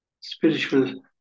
spiritual